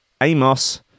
Amos